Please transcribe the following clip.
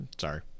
sorry